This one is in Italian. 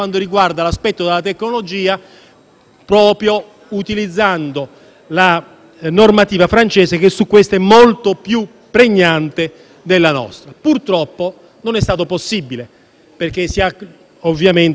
proprio utilizzando la normativa francese, che su questo è molto più pregnante della nostra. Purtroppo, non è stato possibile perché forse a questa maggioranza